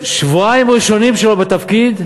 שבועיים ראשונים שלו בתפקיד,